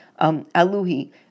Aluhi